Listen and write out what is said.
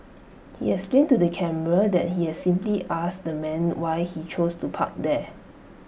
he explained to the camera that he has simply asked the man why he chose to park there